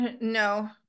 No